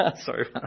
Sorry